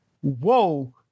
whoa